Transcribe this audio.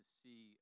see